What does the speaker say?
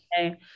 Okay